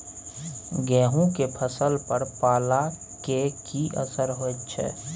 गेहूं के फसल पर पाला के की असर होयत छै?